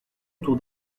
autour